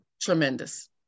tremendous